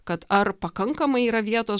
kad ar pakankamai yra vietos